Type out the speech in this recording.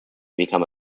become